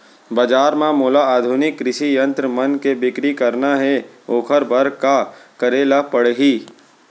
बजार म मोला आधुनिक कृषि यंत्र मन के बिक्री करना हे ओखर बर का करे ल पड़ही?